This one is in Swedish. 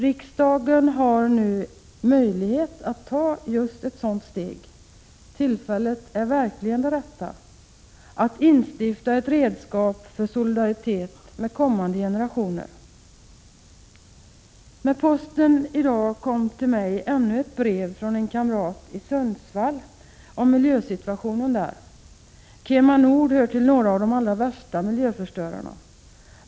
Riksdagen har nu möjlighet att ta ett steg — tillfället är verkligen det rätta — för att instifta ett redskap för solidaritet med kommande generationer. Med posten fick jag i dag ännu ett brev från en kamrat i Sundsvall om miljösituationen där. KemaNord hör till de värsta miljöförstörarna.